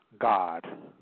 God